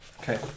Okay